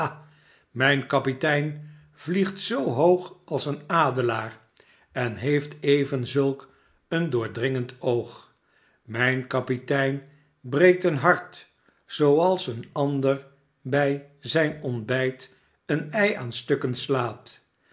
mijn kapitein vliegt zoo hoog als een adelaar en heeft even zulk een doordringend oog mijn kapitein breekt een hart zooals een ander bij zijn ontbijt een ei aan stukken slaat